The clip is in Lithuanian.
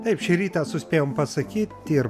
taip šį rytą suspėjom pasakyt ir